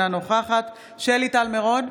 אינה נוכחת שלי טל מירון,